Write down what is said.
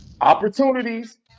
Opportunities